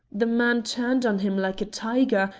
the man turned on him like a tiger,